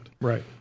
Right